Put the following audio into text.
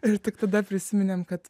ir tik tada prisiminėm kad